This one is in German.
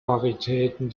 varitäten